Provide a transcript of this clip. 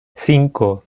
cinco